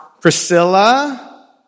Priscilla